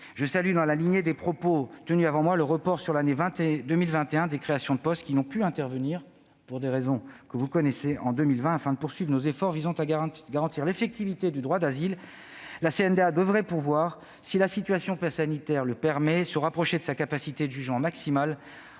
Je salue, dans la lignée des propos tenus avant moi, le report sur l'année 2021 des créations de postes qui n'ont pu intervenir en 2020 pour les raisons que vous connaissez, afin de poursuivre nos efforts visant à garantir l'effectivité du droit d'asile. Si la situation sanitaire le permet, la CNDA devrait pouvoir se rapprocher de sa capacité de jugement maximale